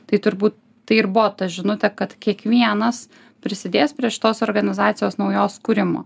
tai turbūt tai ir buvo ta žinutė kad kiekvienas prisidėjęs prie šitos organizacijos naujos kūrimo